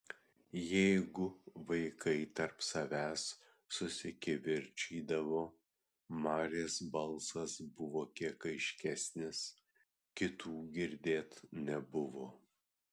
jeigu vaikai tarp savęs susikivirčydavo marės balsas buvo kiek aiškesnis kitų girdėt nebuvo